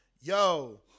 Yo